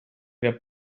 der